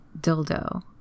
dildo